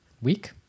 week